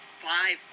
five